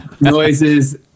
noises